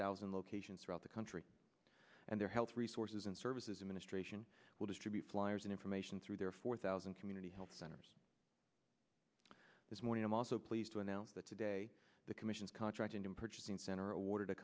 thousand locations throughout the country and their health resources and services administration will distribute flyers and information through their four thousand community health centers this morning i'm also pleased to announce that today the commission's contract in purchasing center awarded a